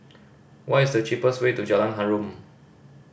what is the cheapest way to Jalan Harum